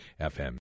FM